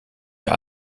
der